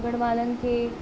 घरवारनि खे